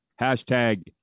Hashtag